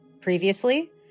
previously